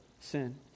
sin